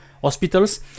hospitals